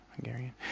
Hungarian